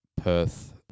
Perth